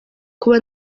kuba